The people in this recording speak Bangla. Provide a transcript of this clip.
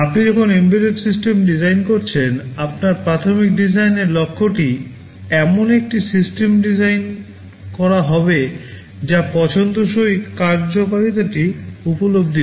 আপনি যখন এমবেডেড সিস্টেম ডিজাইন করছেন আপনার প্রাথমিক ডিজাইনের লক্ষ্যটি এমন একটি সিস্টেম ডিজাইন করা হবে যা পছন্দসই কার্যকারিতাটি উপলব্ধি করে